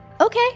Okay